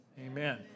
Amen